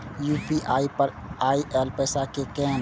UPI पर आएल पैसा कै कैन?